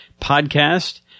podcast